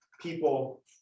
people